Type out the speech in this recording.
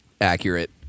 Accurate